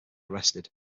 arrested